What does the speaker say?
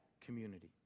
community